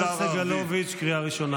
חבר הכנסת סגלוביץ', קריאה ראשונה.